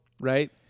right